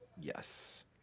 Yes